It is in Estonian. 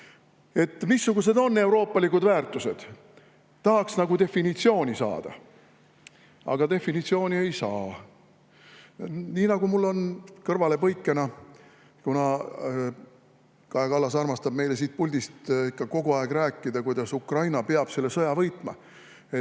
Missugused on euroopalikud väärtused? Tahaks nagu definitsiooni saada. Aga definitsiooni ei saa. Kõrvalepõikena: Kaja Kallas armastab meile siit puldist ikka kogu aeg rääkida, kuidas Ukraina peab sõja võitma.